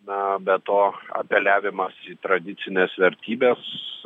na be to apeliavimas į tradicines vertybes